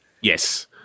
Yes